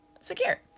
secure